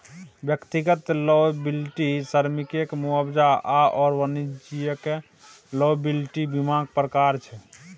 व्यक्तिगत लॉयबिलटी श्रमिककेँ मुआवजा आओर वाणिज्यिक लॉयबिलटी बीमाक प्रकार छै